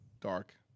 dark